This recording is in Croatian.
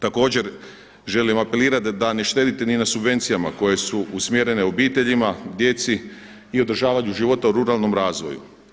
Također, želim apelirati da ne štedite niti na subvencijama koje su usmjerene obiteljima, djeci i održavanju života u ruralnom razvoju.